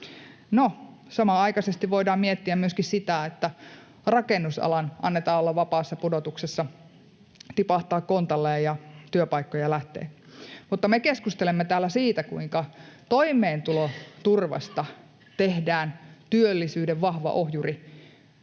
No, samanaikaisesti voidaan miettiä myöskin sitä, että rakennusalan annetaan olla vapaassa pudotuksessa ja tipahtaa kontalleen, niin että työpaikkoja lähtee, mutta me keskustelemme täällä siitä, kuinka toimeentuloturvasta tehdään työllisyyden vahva ohjuri